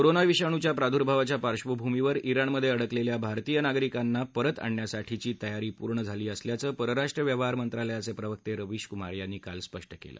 corona विषाणूच्या प्रादुभावाच्या पार्श्वभूमीवर इराणमध्ये अडकलेल्या भारतीय नागरिकांना परत आणण्यासाठीची तयारी पूर्ण झाली असल्याचं परराष्ट्र व्यवहार मंत्रालयाये प्रवक्ते रवीशकुमार यांनी काल स्पष्ट केलं